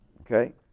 Okay